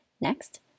Next